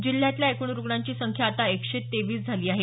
जिल्ह्यातल्या एकूण रुग्णांची संख्या आता एकशे तेवीस झाली आहे